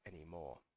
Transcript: anymore